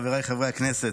חבריי חברי הכנסת,